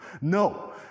No